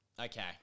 Okay